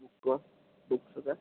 ബുക്കോ books ഒക്കെ